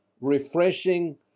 refreshing